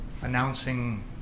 announcing